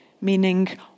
meaning